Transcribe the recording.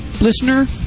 Listener